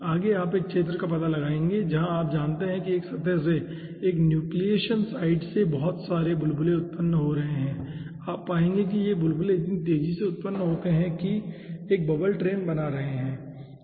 आगे आप एक क्षेत्र का पता लगाएंगे जहां आप जानते हैं कि एक सतह से एक न्यूक्लियेशन साईड से बहुत सारे बुलबुले उत्पन्न हो रहे हैं और आप पाएंगे कि वे बुलबुले इतनी तेजी से उत्पन्न होते हैं कि वे एक बबल ट्रेन बना रहे हैं